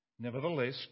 Nevertheless